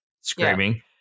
screaming